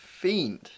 fiend